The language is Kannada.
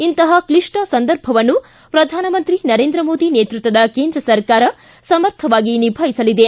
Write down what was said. ಇಂತಹ ಕ್ಲಿಷ್ಟ ಸಂದರ್ಭವನ್ನು ಪ್ರಧಾನಮಂತ್ರಿ ನರೇಂದ್ರ ಮೋದಿ ನೇತೃತ್ವದ ಕೇಂದ್ರ ಸರ್ಕಾರ ಸಮರ್ಥವಾಗಿ ನಿಭಾಯಿಸಲಿದೆ